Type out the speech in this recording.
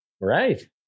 Right